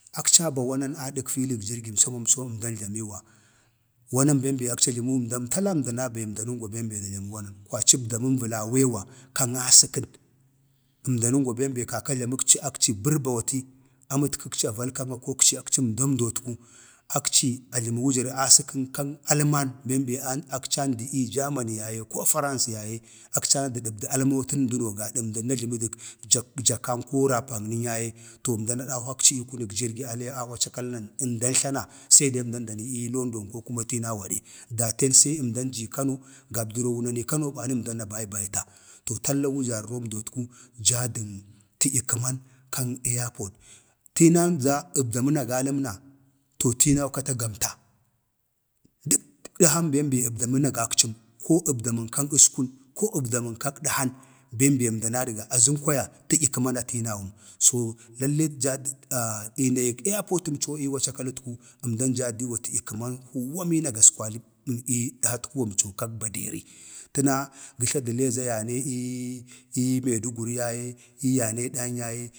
﻿akci aba wanan adək filik jirgin samso əmdan jlamiwa. wanan bəm bee akcijləmu tala əmdan abeem əmdanəngwa wanan, kwaci əmdənəngwa akci əmdam dootku, akci ajləma wanan asəkən alman ben bee akci andi ii jamani yaye ko faransa ya ye, akci anda jabdə almatəm dəno gadak əmdam ajləmə dək jakan koo rapagənən ya ye, too əmdan adahwakciii kunək jirgi alee a wacakal na əmdan tlana se əmdan dani, ii london ko kuma tii nawgade, datən se əmdan jii kano gabdəro gani kano bani əmdan ga baibaita to talla wujarromdotku jaa dən tədyək-kəman kan airport. tinan za əbdaman agalam na, to tinau kata gamta. dək dəhan ben bee əbdamən agakcəm, əbda mən kan əskun, ko əbdamən kak dəhan ben bee əmdan adga azəm kwaya, tədyək kəman atiinawum, to lalle jaa dək iinayiik ya potəmco ii wacakal ətku, əmdan ja diwa tədyəkəman huuwa bena gaskwaləm, ii dəhatkuwam co kag baderi, tna gə tla dəlee za yanee ii maiduguri ya ye ya nee dan yaye,